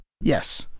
Yes